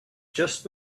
just